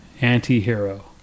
anti-hero